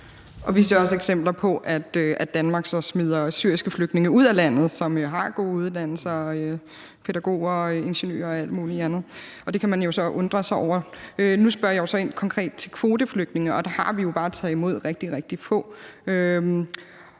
Vi ser også eksempler på, at Danmark så smider syriske flygtninge ud af landet, som jo har gode uddannelser, såsom pædagoger og ingeniører og alt muligt andet. Det kan man jo så undre sig over. Nu spørger jeg så konkret ind til kvoteflygtninge, og der har vi jo bare taget imod rigtig,